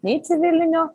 nei civilinio